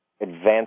advanced